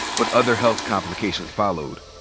but other health complications followed.